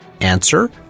Answer